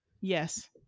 yes